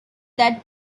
that